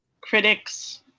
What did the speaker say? Critics